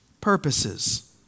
purposes